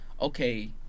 okay